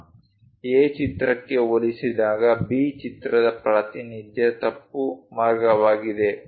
A ಚಿತ್ರಕ್ಕೆ ಹೋಲಿಸಿದಾಗ B ಚಿತ್ರದ ಪ್ರಾತಿನಿಧ್ಯ ತಪ್ಪು ಮಾರ್ಗವಾಗಿದೆ ಏಕೆ